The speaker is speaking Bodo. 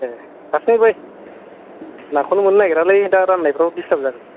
एह हारसिङै फै नाखौनो मोन्नो नागिरालै दा रान्नायफ्राव डिस्टार्ब जागोन